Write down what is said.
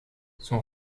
son